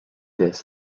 this